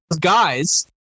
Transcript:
guys